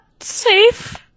safe